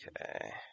okay